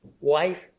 wife